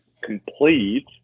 complete